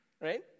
right